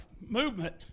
movement